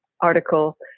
article